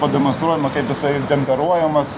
pademonstruojama kaip jisai temperuojamas